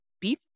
beef